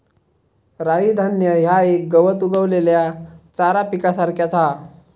राई धान्य ह्या एक गवत उगवलेल्या चारा पिकासारख्याच हा